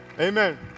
Amen